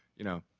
you know,